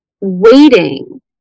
waiting